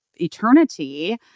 eternity